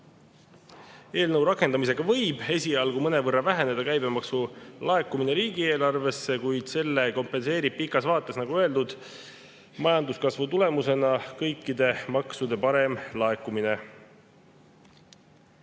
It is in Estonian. Eelnõu rakendamisega võib esialgu mõnevõrra väheneda käibemaksu laekumine riigieelarvesse, kuid selle kompenseerib pikas vaates, nagu öeldud, majanduskasvu tulemusena kõikide maksude parem laekumine.